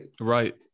Right